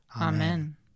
Amen